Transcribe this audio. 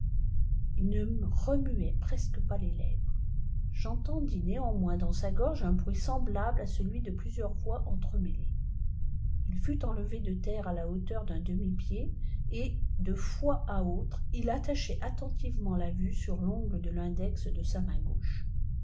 ne remuait preisque pas les lèvres j'entendis néanmpinda sa gorge un bruit semblable à celui de plusieurs voix eifremèléés il lut enlevé de terre à la hauteur d'un demi-pied et dç fois à autre il attachait attentivement la vue sur l'ongle de l'index flj sa main gauche